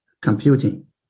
computing